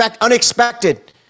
unexpected